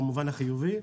במובן החיובי,